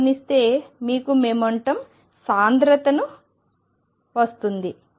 తో గుణిస్తే మీకు మొమెంటం సాంద్రతను వస్తుంది